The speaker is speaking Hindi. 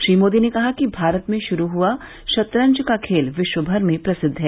श्री मोदी ने कहा कि भारत में शुरू हुआ शतरंज का खेल विश्वमर में प्रसिद्व है